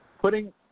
Putting